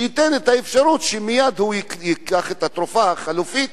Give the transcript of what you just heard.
ייתן לו מייד את האפשרות לקחת את התרופה החלופית.